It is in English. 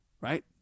right